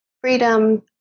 freedom